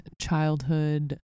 childhood